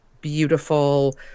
beautiful